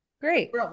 Great